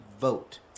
vote